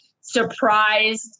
surprised